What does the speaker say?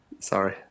Sorry